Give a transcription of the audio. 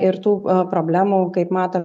ir tų problemų kaip mato